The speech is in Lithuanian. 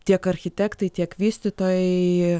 tiek architektai tiek vystytojai